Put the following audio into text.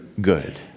good